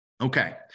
Okay